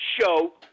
show